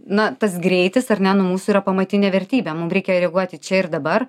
na tas greitis ar ne nu mūsų yra pamatinė vertybė mum reikia reaguoti čia ir dabar